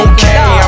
Okay